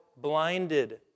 blinded